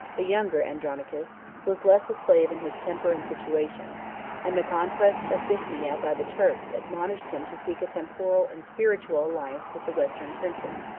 the younger andronicus, was less a slave in his temper and situation and the conquest of bithynia by the turks admonished him to seek a temporal and spiritual alliance with the western princes.